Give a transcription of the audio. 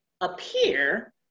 appear